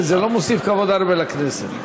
זה לא מוסיף כבוד הרבה לכנסת.